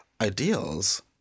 ideals